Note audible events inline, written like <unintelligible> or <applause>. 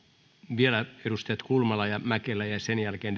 vielä edustajat kulmala ja mäkelä ja sen jälkeen <unintelligible>